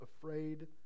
afraid